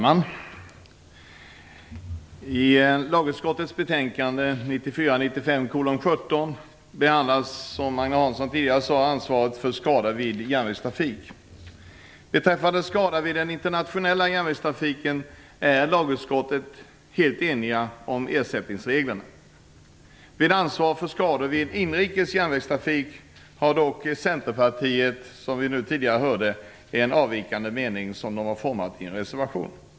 Fru talman! I lagutskottets betänkande 1994/95:17 behandlas, som Agne Hansson tidigare sade, ansvaret för skada vid järnvägstrafik. Beträffande skada vid den internationella järnvägstrafiken är lagutskottet helt enigt om ersättningsreglerna. Vid ansvar för skador vid inrikes järnvägstrafik har dock Centerpartiet som vi tidigare hörde en avvikande mening som de har format i en reservation.